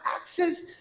access